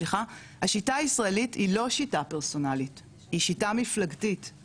השיטה הישראלית היא לא שיטה פרסונלית היא שיטה מפלגתית,